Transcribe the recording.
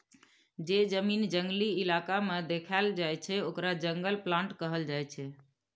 जे जमीन जंगली इलाका में देखाएल जाइ छइ ओकरा जंगल प्लॉट कहल जाइ छइ